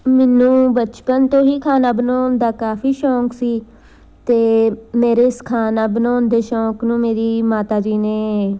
ਮੈਨੂੰ ਬਚਪਨ ਤੋਂ ਹੀ ਖਾਣਾ ਬਣਾਉਣ ਦਾ ਕਾਫੀ ਸ਼ੌਕ ਸੀ ਅਤੇ ਮੇਰੇ ਇਸ ਖਾਣਾ ਬਣਾਉਣ ਦੇ ਸ਼ੌਕ ਨੂੰ ਮੇਰੀ ਮਾਤਾ ਜੀ ਨੇ